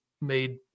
made